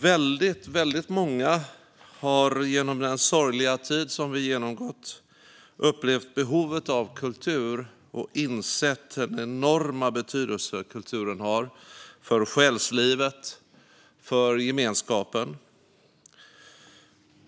Väldigt många har genom den sorgliga tid vi genomgått upplevt behovet av kultur och insett den enorma betydelse kulturen har för själslivet och för gemenskapen.